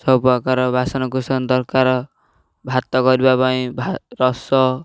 ସବୁପ୍ରକାର ବାସନକୁୁସନ ଦରକାର ଭାତ କରିବା ପାଇଁ ଭା ରସ